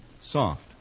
soft